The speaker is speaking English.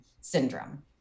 syndrome